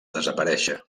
desaparèixer